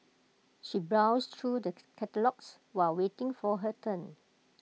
she browsed through the catalogues while waiting for her turn